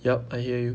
yup I hear you